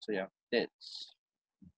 so ya that's